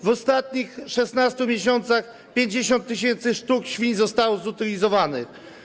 W ostatnich 16 miesiącach 50 tys. sztuk świń zostało zutylizowanych.